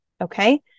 okay